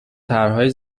طرحهای